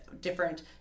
different